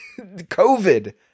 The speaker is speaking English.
COVID